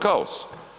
Kaos.